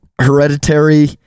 hereditary